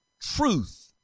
truth